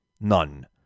none